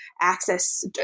access